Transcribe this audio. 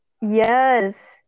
Yes